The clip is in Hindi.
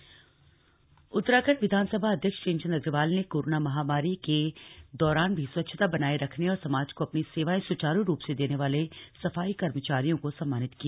विधानसभा अध्यक्ष उत्तराखंड विधानसभा अध्यक्ष प्रेमचंद अग्रवाल ने कोरोना महामारी के दौरान भी स्वच्छता बनाए रखने और समाज को अपनी सेवायें सुचारु रूप से देने वाले सफाई कर्मचारियों को सम्मानित किया